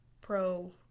pro-